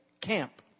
camp